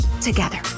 together